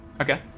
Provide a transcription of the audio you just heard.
Okay